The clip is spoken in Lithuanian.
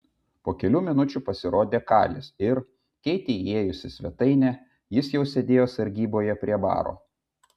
po kelių minučių pasirodė kalis ir keitei įėjus į svetainę jis jau sėdėjo sargyboje prie baro